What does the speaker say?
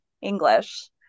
English